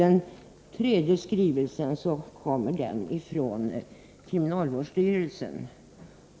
Den tredje skrivelsen kommer från kriminalvårdsstyrelsen.